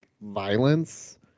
violence